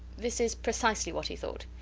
this is precisely what he thought.